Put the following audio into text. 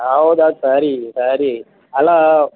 ಹೌದಾ ಸರಿ ಸರಿ ಅಲ್ಲ